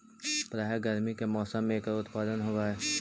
प्रायः गर्मी के मौसम में एकर उत्पादन होवअ हई